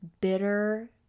bitter